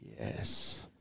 Yes